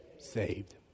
saved